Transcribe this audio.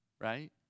right